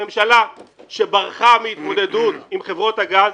הממשלה שברחה מהתמודדות עם חברות הגז